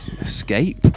escape